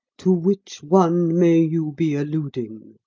to which one may you be alluding?